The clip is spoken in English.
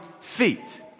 feet